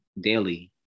daily